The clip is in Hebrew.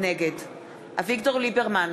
נגד אביגדור ליברמן,